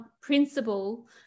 principle